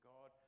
God